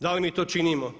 Da li mi to činimo?